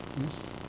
Yes